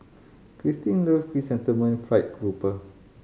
Kristyn love Chrysanthemum Fried Grouper